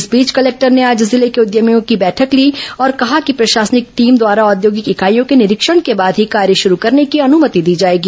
इस बीच कलेक्टर ने आज जिले के उद्यमियों की बैठक ली और कहा कि प्रशासनिक टीम द्वारा औद्योगिक इकाईयों निरीक्षण के बाद ही कार्य शरू करने की अनुमति दी जाएगी